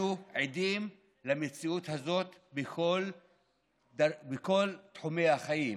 אנחנו עדים למציאות הזאת בכל תחומי החיים.